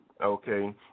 Okay